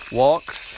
walks